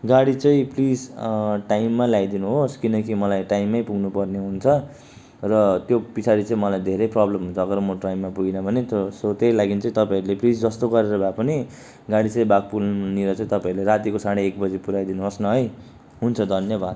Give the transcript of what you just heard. गाडी चाहिँ प्लिज टाइममा ल्याइदिनुहोस् किनकि मलाई टाइममै पुग्नुपर्ने हुन्छ र त्यो पछाडि चाहिँ मलाई धरै प्रब्लम हुन्छ अगर म टाइममा पुगिन भने त्यो सो त्यही लागि चाहिँ प्लिज जस्तो गरेर भए पनि गाडी चाहिँ बाघपुलनिर चाहिँ तपाईँहरूले रातिको साढे एक बजी पुऱ्याइदिनुहोस् न है हुन्छ धन्यवाद